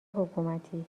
حکومتی